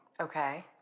Okay